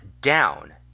down